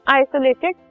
isolated